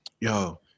yo